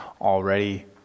already